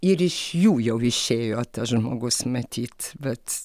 ir iš jų jau išėjo tas žmogus matyt vat